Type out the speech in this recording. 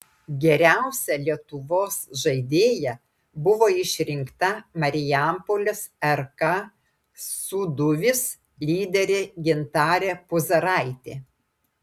geriausia lietuvos žaidėja buvo išrinkta marijampolės rk sūduvis lyderė gintarė puzaraitė